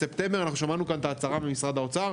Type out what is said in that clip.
בספטמבר אנחנו שמענו כאן את ההצהרה ממשרד האוצר,